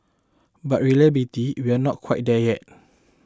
but reliability we are not quite there yet